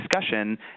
discussion